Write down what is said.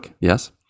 yes